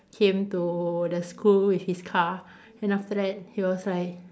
came to the school with his car then after he was like